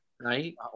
Right